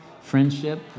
friendship